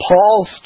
Paul's